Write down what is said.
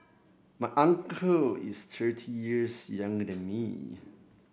my uncle is thirty years younger than me